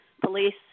police